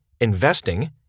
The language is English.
investing